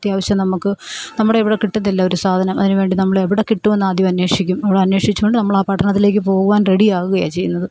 അത്യാവശ്യം നമ്മൾക്ക് നമ്മുടെ ഇവിടെ കിട്ടുന്നില്ല ഒരു സാധനം അതിനുവേണ്ടി നമ്മൾ എവിടെ കിട്ടുമെന്ന് ആദ്യം അന്വേഷിക്കും അവിടെ അന്വേഷിച്ചുകൊണ്ട് നമ്മൾ ആ പട്ടണത്തിലേക്ക് പോകുവാൻ റെഡി ആകുകയാണ് ചെയ്യുന്നത്